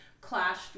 clashed